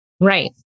Right